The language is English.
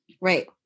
Right